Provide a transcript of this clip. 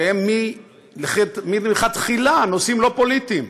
שהם מלכתחילה נושאים לא פוליטיים.